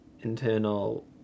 internal